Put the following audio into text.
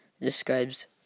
describes